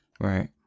Right